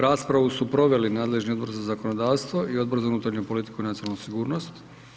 Raspravu su proveli nadležni Odbor za zakonodavstvo i Odbor za unutarnju politiku i nacionalnu sigurnost.